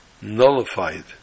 nullified